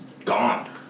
Gone